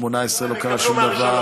ב-2018 לא קרה שום דבר,